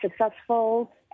successful